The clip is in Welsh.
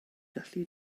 gallu